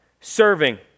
serving